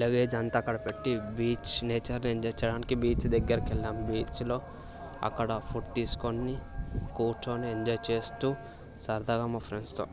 luggage అంతా అక్కడ పెట్టి బీచ్ నేచర్ని ఎంజాయ్ చేయడానికి బీచ్ దగ్గరకి వెళ్ళాం బీచ్లో అక్కడ ఫుడ్ తీసుకొని కూర్చొని ఎంజాయ్ చేస్తు సరదాగా మా ఫ్రెండ్స్తో